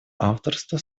авторства